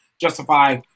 justify